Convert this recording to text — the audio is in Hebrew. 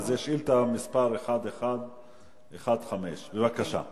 וזו שאילתא מס' 1115. בבקשה.